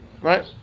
right